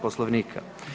Poslovnika.